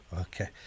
Okay